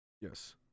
yes